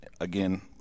Again